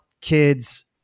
kids